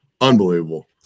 unbelievable